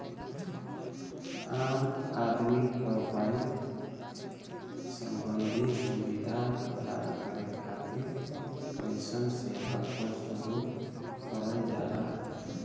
आम आदमी क बैंक सम्बन्धी सुविधा प्रदान करे खातिर अइसन सेवा क शुरू करल जाला